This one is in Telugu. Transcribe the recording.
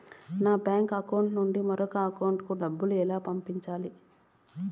నా బ్యాంకు అకౌంట్ నుండి మరొకరి అకౌంట్ కు డబ్బులు ఎలా పంపాలి